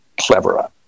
cleverer